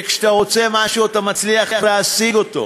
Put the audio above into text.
כשאתה רוצה משהו, אתה מצליח להשיג אותו,